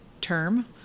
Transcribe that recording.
term